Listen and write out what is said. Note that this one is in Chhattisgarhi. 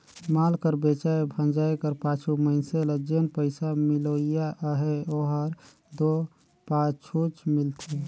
माल कर बेंचाए भंजाए कर पाछू मइनसे ल जेन पइसा मिलोइया अहे ओहर दो पाछुच मिलथे